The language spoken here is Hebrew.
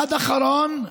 אחד אחרון,